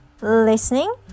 listening